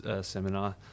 seminar